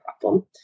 problem